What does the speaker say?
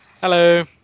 hello